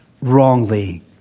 wrongly